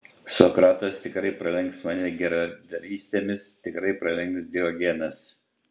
sokratas tikrai pralenks mane geradarystėmis tikrai pralenks diogenas